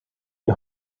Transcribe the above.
die